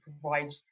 provide